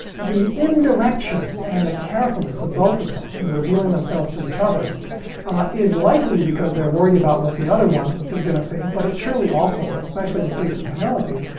the indirection and the carefulness of both of them in revealing themselves to each other is likely because they're worried about what the other one is going to think. but, it's surely also especially in the case of penelope,